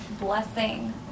blessing